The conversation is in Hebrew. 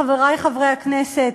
חברי חברי הכנסת,